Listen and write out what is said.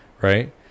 right